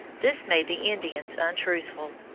this made the indians untruthful,